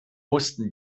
mussten